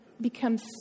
becomes